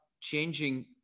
changing